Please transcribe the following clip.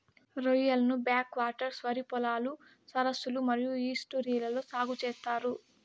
రొయ్యలను backwaters, వరి పొలాలు, సరస్సులు మరియు ఈస్ట్యూరీలలో సాగు చేత్తారు